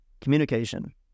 Communication